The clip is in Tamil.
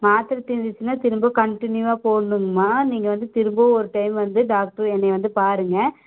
மாத்தரை தீர்ந்துடுச்சின்னா திரும்ப கன்டினியூவாக போடணுங்கம்மா நீங்கள் வந்து திரும்பவும் ஒரு டைம் வந்து டாக்ட்ரு என்னை வந்து பாருங்கள்